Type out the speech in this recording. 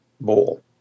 ball